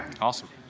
Awesome